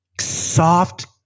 soft